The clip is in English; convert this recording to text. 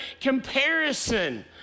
comparison